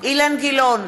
אילן גילאון,